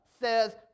says